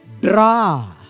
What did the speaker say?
draw